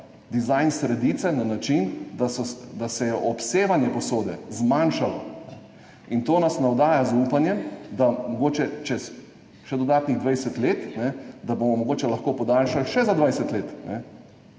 dizajn sredice na način, da se je obsevanje posode zmanjšalo. To nas navdaja z upanjem, da bomo mogoče čez še dodatnih 20 let lahko podaljšali še za 20 let.